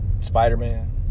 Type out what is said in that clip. Spider-Man